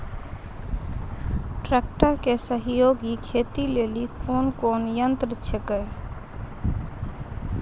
Tractor के सहयोगी खेती लेली कोन कोन यंत्र छेकै?